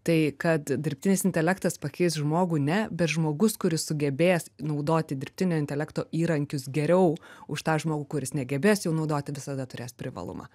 tai kad dirbtinis intelektas pakeis žmogų ne bet žmogus kuris sugebės naudoti dirbtinio intelekto įrankius geriau už tą žmogų kuris negebės jau naudoti visada turės privalumą